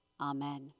Amen